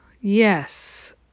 Yes